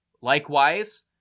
Likewise